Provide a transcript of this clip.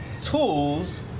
tools